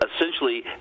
essentially